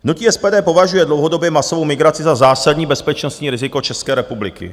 Hnutí SPD považuje dlouhodobě masovou migraci za zásadní bezpečnostní riziko České republiky.